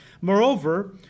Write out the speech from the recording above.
Moreover